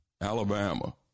Alabama